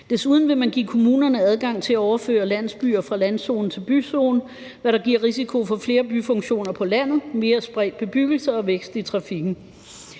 Desuden vil man give kommunerne adgang til at overføre landsbyer fra landzone til byzone, hvilket giver en risiko for flere byfunktioner på landet, mere spredt bebyggelse og vækst i trafikken.